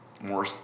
more